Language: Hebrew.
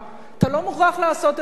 אתה לא מוכרח לעשות את זה בפומבי,